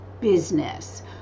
business